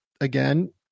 Again